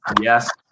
Yes